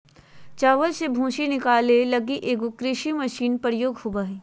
चावल से भूसी निकाले लगी एगो कृषि मशीन प्रयोग होबो हइ